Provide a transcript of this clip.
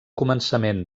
començament